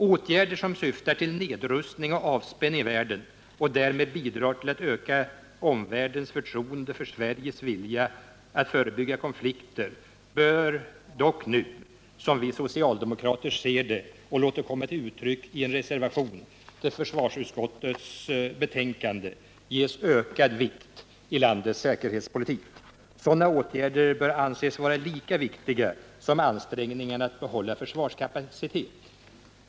Åtgärder som syftar till nedrustning och avspänning i världen och därmed bidrar till att öka omvärldens förtroende för Sveriges vilja att förebygga konflikter bör dock nu, som vi socialdemokrater ser det och låter det komma till uttryck i en reservation till försvarsutskottets betänkande, ges ökad vikt i landets säkerhetspolitik. Sådana åtgärder bör anses vara lika viktiga som ansträngningarna att behålla försvarskapacitet.